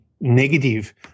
negative